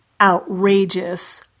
outrageous